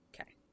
okay